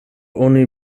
oni